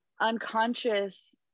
unconscious